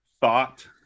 thought